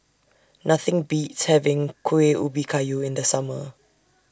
Nothing Beats having Kueh Ubi Kayu in The Summer